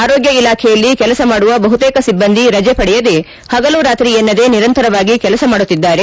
ಆರೋಗ್ಯ ಇಲಾಖೆಯಲ್ಲಿ ಕೆಲಸ ಮಾಡುವ ಬಹುತೇಕ ಸಿಬ್ಲಂದಿ ರಜೆ ಪಡೆಯದೇ ಪಗಲು ರಾತ್ರಿ ಎನ್ನದೇ ನಿರಂತರವಾಗಿ ಕೆಲಸ ಮಾಡುತ್ತಿದ್ದಾರೆ